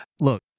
Look